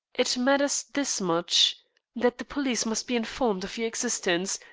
it matters this much that the police must be informed of your existence,